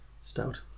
stout